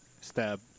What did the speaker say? Stab